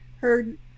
heard